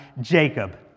Jacob